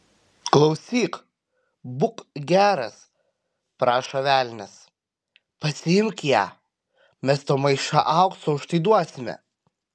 klausyk būk geras prašo velnias pasiimk ją mes tau maišą aukso už tai duosime